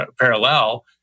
parallel